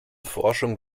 forschung